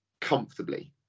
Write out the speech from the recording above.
comfortably